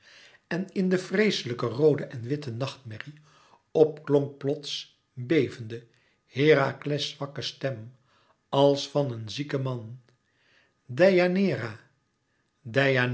en in de vreeslijk roode en witte nachtmerrie opklonk plots bevende herakles zwakke stem als van een zieken man